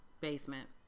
basement